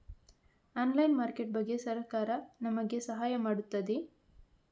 Online market ಬಗ್ಗೆ ಸರಕಾರ ನಮಗೆ ಸಹಾಯ ಮಾಡುತ್ತದೆ?